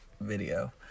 video